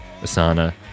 Asana